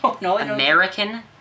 American